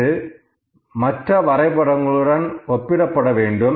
இது மற்ற வரை படங்களுடன் ஒப்பிடப்பட வேண்டும்